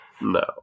No